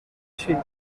شید